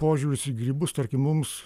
požiūris į grybus tarkim mums